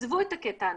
עזבו את הקטע הנורמטיבי.